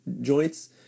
joints